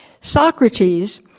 Socrates